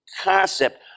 concept